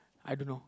I don't know